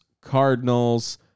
Cardinals